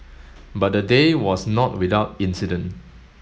but the day was not without incident